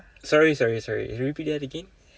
sorry sorry sorry repeat that again